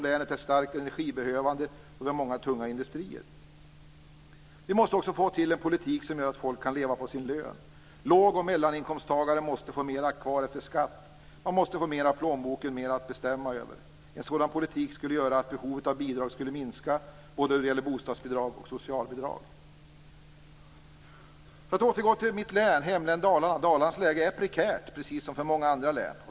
Länet är starkt energibehövande på grund av många tunga industrier. Vi måste få till en politik som gör att folk kan leva på sin lön. Låg och medelinkomsttagare måste få mera kvar efter skatt, få mer i plånboken och mer att bestämma över. En sådan politik skulle göra att behovet av bidrag skulle minska - både bostadsbidrag och socialbidrag. Jag återgår till mitt hemlän Dalarna. Dalarnas läge är prekärt - precis som för många andra län.